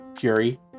Fury